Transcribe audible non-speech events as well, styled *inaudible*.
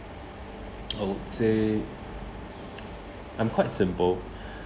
I would say I'm quite simple *breath*